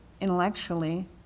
intellectually